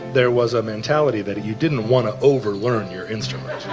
there was a mentality that you didn't want to overlearn your instrument